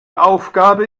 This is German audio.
aufgabe